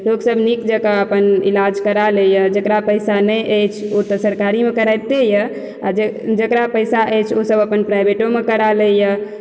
लोक सब नीक जकाँ अपन इलाज करा लैया जकरा पैसा नहि अछि ओ तऽ सरकारीमे कराबिते यऽ आ जकरा पैसा अछि ओ सब अपन प्राइवेटोमे करा लैया